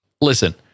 listen